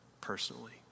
personally